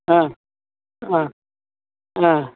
ஆ ஆ ஆ